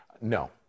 No